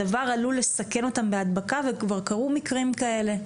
הדבר עלול לסכן אותם בהדבקה, וכבר קרו מקרים כאלה.